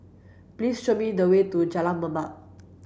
please show me the way to Jalan Mamam